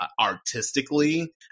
artistically